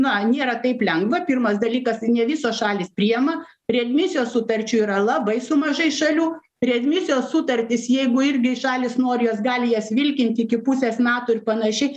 na nėra taip lengva pirmas dalykas ne visos šalys priima readmisijos sutarčių yra labai su mažai šalių readmisijos sutartys jeigu irgi šalys nori jos gali jas vilkint iki pusės metų panaši